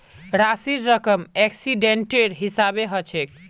राशिर रकम एक्सीडेंटेर हिसाबे हछेक